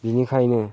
बेनिखायनो